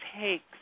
takes